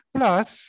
Plus